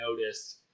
noticed